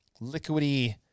liquidy